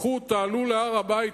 לכו תעלו להר-הבית,